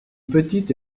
petite